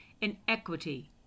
inequity